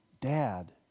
dad